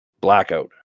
blackout